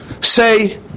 Say